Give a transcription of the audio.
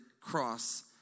cross